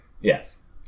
Yes